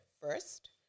first